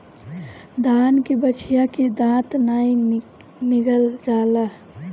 दान के बछिया के दांत नाइ गिनल जाला